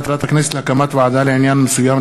בדבר הקמת ועדה לעניין מסוים,